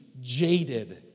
jaded